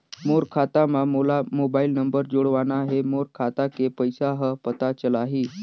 मोर खाता मां मोला मोबाइल नंबर जोड़वाना हे मोर खाता के पइसा ह पता चलाही?